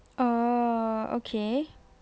oh okay